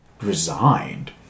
resigned